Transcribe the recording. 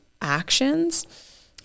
actions